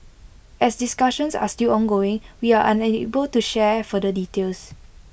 as discussions are still ongoing we are unable to share further details